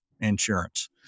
insurance